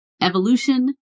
evolution